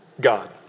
God